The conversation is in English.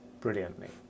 brilliantly